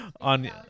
On